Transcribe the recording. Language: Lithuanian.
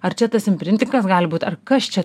ar čia tas imprintingas gali būt ar kas čia